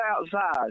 outside